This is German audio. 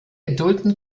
adulten